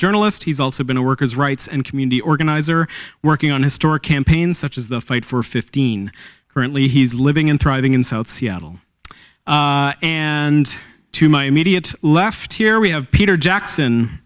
journalist he's also been a workers rights and community organizer working on historic campaign such as the fight for fifteen currently he's living and thriving in south seattle and to my immediate left here we have peter jackson